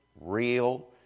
real